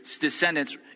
descendants